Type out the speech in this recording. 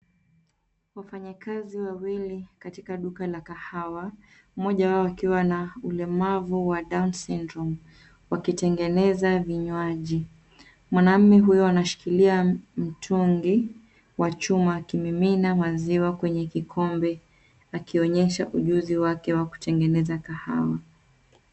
Wafanyakaz wawili mmoja wao akiwa na ulemavu wa [down syndrome ]wakitengeneza vinywaji ,mwanaume huyo anashikilia mtungi wa chuma akimimina maziwa kwenye kikombe akionyesha ujuzi wake wa kutengeneza kahawa.